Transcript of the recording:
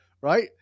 right